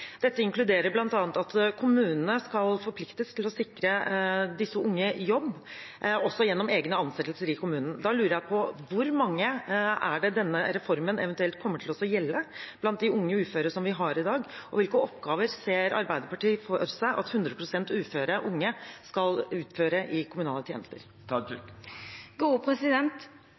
Dette inkluderer bl.a. at kommunene skal forpliktes til å sikre disse unge jobb, også gjennom egne ansettelser i kommunen. Da lurer jeg på: Hvor mange er det denne reformen eventuelt kommer til å gjelde for blant de unge uføre vi har i dag? Og hvilke oppgaver ser Arbeiderpartiet for seg at 100 pst. uføre unge skal utføre i kommunale tjenester?